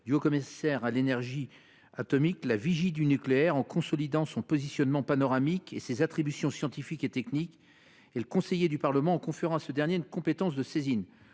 du haut commissaire à l’énergie atomique non seulement la « vigie » du nucléaire, en consolidant son positionnement panoramique et ses attributions scientifiques et techniques, mais aussi le conseiller du Parlement, en conférant à ce dernier une compétence de saisine.